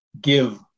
give